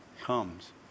comes